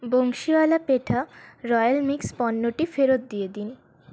Bansiwala petha royal mix পণ্যটি ফেরত দিয়ে দিন